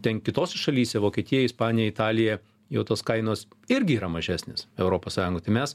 ten kitose šalyse vokietija ispanija italija jau tos kainos irgi yra mažesnės europos sąjungoj tai mes